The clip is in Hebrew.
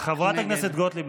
נגד חברת הכנסת גוטליב,